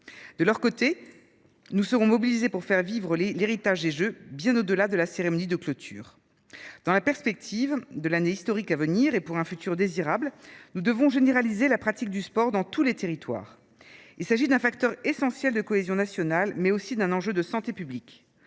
À leurs côtés, nous serons mobilisés pour faire vivre l’héritage des jeux, bien au delà de la cérémonie de clôture. Dans la perspective de l’année historique à venir, et pour un avenir désirable, nous devons généraliser la pratique du sport dans tous les territoires. Il s’agit d’un facteur essentiel de cohésion nationale, mais aussi d’un enjeu de santé publique.